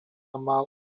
mal